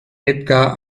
edgar